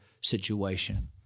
situation